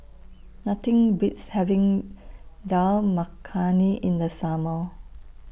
Nothing Beats having Dal Makhani in The Summer